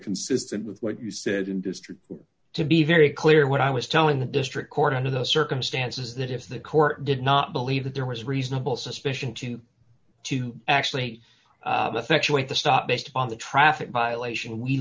consistent with what you said in district to be very clear what i was telling the district court under the circumstances that if the court did not believe that there was reasonable suspicion to to actually affectionally the stop based upon the traffic violation we